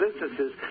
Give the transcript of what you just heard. businesses